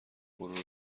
غرور